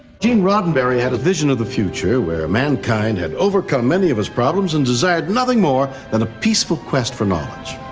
gene roddenberry had a vision of the future where mankind had overcome many of its problems and desired nothing more than a peaceful quest for knowledge.